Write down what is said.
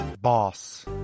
Boss